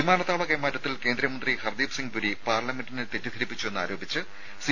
വിമാനത്താവള കൈമാറ്റത്തിൽ കേന്ദ്രമന്ത്രി ഹർദീപ് സിംഗ് പുരി പാർലമെന്റിനെ തെറ്റിദ്ധരിപ്പിച്ചു എന്നാരോപിച്ച് സി